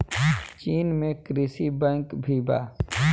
चीन में कृषि बैंक भी बा